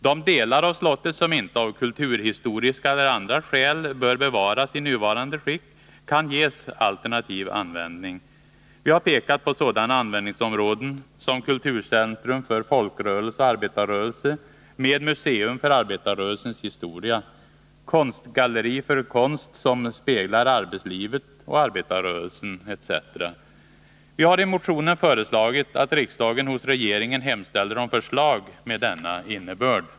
De delar av slottet som inte av kulturhistoriska eller andra skäl bör bevaras i nuvarande skick kan ges en alternativ användning. Vi har pekat på sådana användningsområden som kulturcentrum för folkrörelse och arbetarrörelse med museum för arbetarrörelsens historia, konstgalleri för konst som speglar arbetslivet och arbetarrörelsen etc. Vi har i motionen föreslagit att riksdagen hos regeringen hemställer om förslag med denna innebörd.